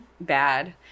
bad